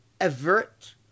avert